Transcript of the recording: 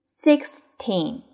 sixteen